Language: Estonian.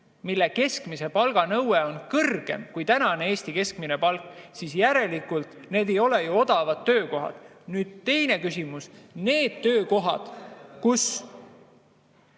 mille keskmise palga nõue on kõrgem kui tänane Eesti keskmine palk, siis need ei ole ju odavad töökohad. Teine küsimus. Need töökohad, kus